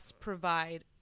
provide